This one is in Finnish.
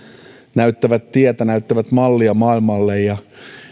näyttävät tietä näyttävät mallia maailmalle ja